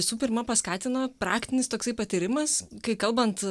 visų pirma paskatino praktinis toksai patyrimas kai kalbant